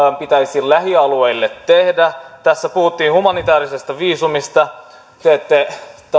pitäisi lähialueille tehdä tässä puhuttiin humanitäärisestä viisumista te te ette